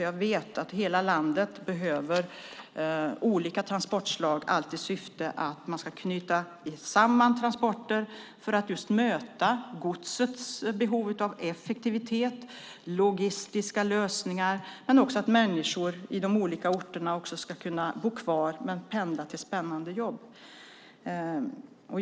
Jag vet att hela landet behöver olika transportslag, och vi behöver knyta samman landet och möta godstrafikens behov av effektivitet och bra logistiska lösningar. Människor ska kunna bo kvar i sina orter men pendla till spännande jobb.